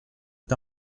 est